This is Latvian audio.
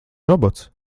robots